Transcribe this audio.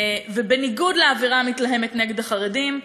ובניגוד לאווירה המתלהמת נגד החרדים,